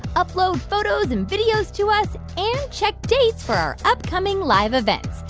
upload photos and videos to us and check dates for our upcoming live events.